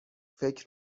فکر